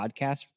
podcast